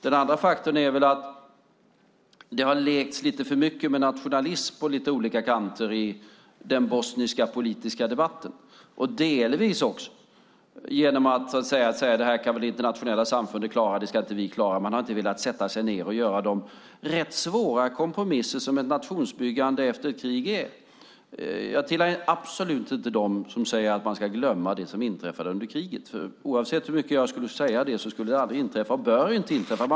Den andra faktorn är att det på olika kanter lekts lite för mycket med nationalism i den bosniska politiska debatten - också delvis genom att säga att det kan väl det internationella samfundet, inte bosnierna själva, klara. Man har inte velat sätta sig ned och göra de ganska svåra kompromisser som ett nationsbyggande efter ett krig innebär. Jag tillhör definitivt inte dem som säger att man ska glömma det som inträffade under kriget, och oavsett hur mycket jag sade det skulle det ändå aldrig inträffa, och bör inte inträffa.